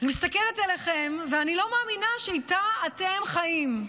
אני מסתכלת עליכם, ואני לא מאמינה שאיתה אתם חיים.